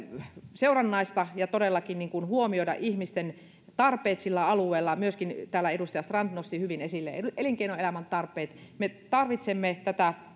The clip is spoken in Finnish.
seurannaista ja todellakin huomioida ihmisten tarpeet sillä alueella täällä edustaja strand nosti hyvin esille myöskin elinkeinoelämän tarpeet me tarvitsemme tätä